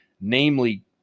namely